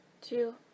two